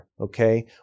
Okay